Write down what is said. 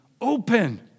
open